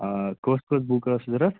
آ کۄس کۄس بُک ٲسۍ ضروٗرت